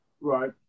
Right